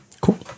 Cool